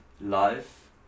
life